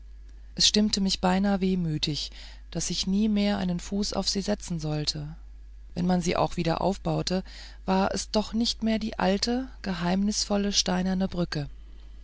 es stimmte mich beinahe wehmütig daß ich nie mehr meinen fuß auf sie setzen sollte wenn man sie auch wieder aufbaute war es doch nicht mehr die alte geheimnisvolle steinerne brücke